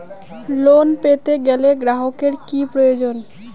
Loan পেতে গেলে গ্রাহকের কি প্রয়োজন?